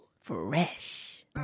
Fresh